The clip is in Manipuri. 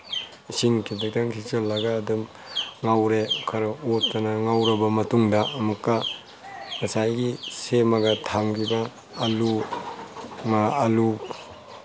ꯏꯁꯤꯡ ꯈꯖꯤꯛꯇꯪ ꯈꯤꯛꯆꯤꯟꯂꯒ ꯑꯗꯨꯝ ꯉꯧꯔꯦ ꯈꯔ ꯑꯣꯠꯇꯅ ꯉꯧꯔꯕ ꯃꯇꯨꯡꯗ ꯑꯃꯨꯛꯀ ꯉꯁꯥꯏꯒꯤ ꯁꯦꯝꯃꯒ ꯊꯝꯈꯤꯕ ꯑꯂꯨ ꯑꯂꯨ